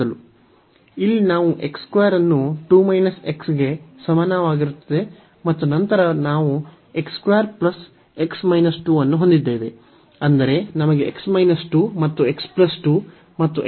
ಇಲ್ಲಿ ನಾವು x 2 ಅನ್ನು 2 x ಗೆ ಸಮನಾಗಿರುತ್ತದೆ ಮತ್ತು ನಂತರ ನಾವು x 2 x 2 ಅನ್ನು ಹೊಂದಿದ್ದೇವೆ ಅಂದರೆ ನಮಗೆ x 2 ಮತ್ತು